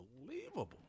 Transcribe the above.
unbelievable